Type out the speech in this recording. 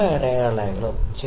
ലംബ അടയാളങ്ങളും